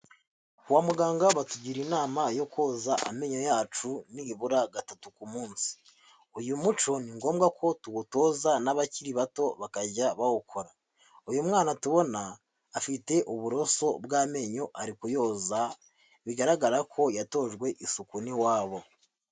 Kwa muganga batugira inama yo koza amenyo yacu nibura gatatu ku munsi, uyu muco ni ngombwa ko tuwutoza n'abakiri bato bakajya bawukora, uyu mwana tubona afite uburoso bw'amenyo ari kuyoza bigaragara ko yatojwe isuku n'iwabo.